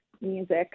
music